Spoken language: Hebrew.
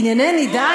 ענייני נידה,